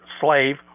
slave